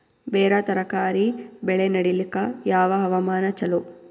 ಬೇರ ತರಕಾರಿ ಬೆಳೆ ನಡಿಲಿಕ ಯಾವ ಹವಾಮಾನ ಚಲೋ?